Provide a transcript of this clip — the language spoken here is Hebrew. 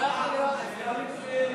לא ניתן.